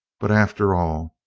but, after all,